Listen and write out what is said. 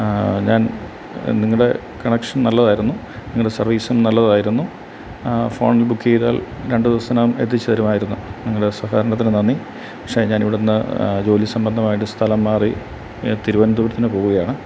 ഞാൻ നിങ്ങളുടെ കണക്ഷൻ നല്ലതായിരുന്നു നിങ്ങളുടെ സർവീസും നല്ലതായിരുന്നു ഫോണിൽ ബുക്ക് ചെയ്താൽ രണ്ടു ദിവസത്തിനകം എത്തിച്ചേരുമായിരുന്നു നിങ്ങളുടെ സഹകരണത്തിന് നന്ദി പക്ഷേ ഞാൻ ഇവിടുന്ന് ജോലി സംബന്ധമായിട്ട് സ്ഥലം മാറി തിരുവനന്തപുരത്തിന് പോവുകയാണ്